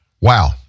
wow